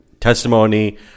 testimony